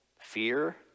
fear